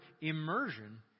immersion